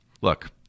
look